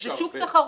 זה שוק תחרותי.